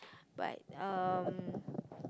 but um